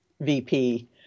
VP